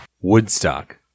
Woodstock